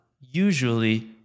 usually